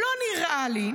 לא נראה לי.